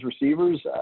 receivers